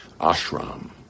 ashram